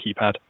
keypad